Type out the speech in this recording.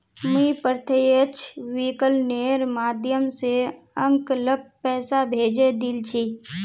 मुई प्रत्यक्ष विकलनेर माध्यम स अंकलक पैसा भेजे दिल छि